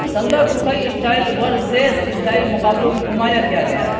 سندا کو کئی اسٹائل ورسیز اسٹائل مقابلوں میں نمایاں کیا گیا ہے